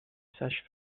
sages